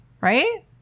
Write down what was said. right